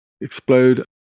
explode